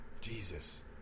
Jesus